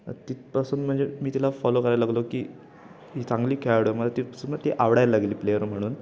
तिथपासून म्हणजे मी तिला फॉलो करायला लागलो की ही चांगली खेळाडू मला तिथपासून ती आवडायला लागली प्लेयर म्हणून